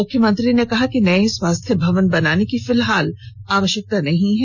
मुख्यमंत्री ने कहा कि नये स्वास्थ्य भवन बनाने की फिलहाल आवश्यकता नहीं है